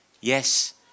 yes